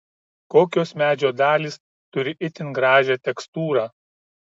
kokios medžio dalys turi itin gražią tekstūrą